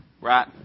right